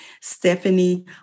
Stephanie